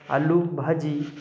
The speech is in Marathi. आलू भाजी